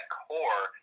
core